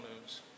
News